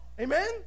Amen